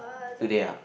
today ah